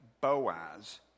Boaz